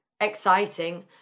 exciting